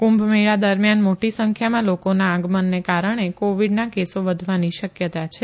કુંભમેળા દરમિયાન મોટી સંખ્યામાં લોકોના આગમનને કારણે કોવિડના કેસો વધવાની શંકા છે